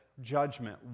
judgment